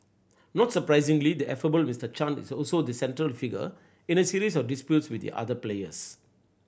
not surprisingly the affable Mister Chan is also the central figure in a series of disputes with the other players